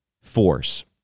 force